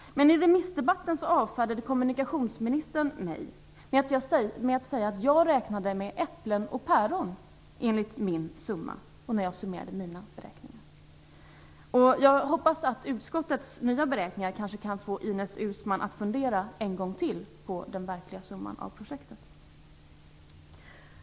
Men i remissdebatten avfärdade kommunikationsministern mig med att säga att jag räknade med äpplen och päron, när jag summerade mina beräkningar. Jag hoppas att utskottets nya beräkningar kan få Ines Uusmann att fundera en gång till över den verkliga summan för projektet.